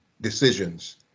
decisions